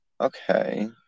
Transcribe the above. Okay